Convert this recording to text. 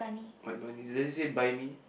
alright bunny let's say buy me